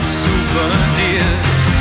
souvenirs